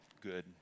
good